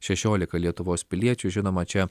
šešiolika lietuvos piliečių žinoma čia